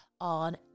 on